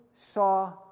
saw